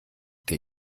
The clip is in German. der